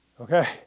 Okay